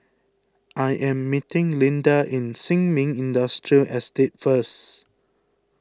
I am meeting Linda in Sin Ming Industrial Estate first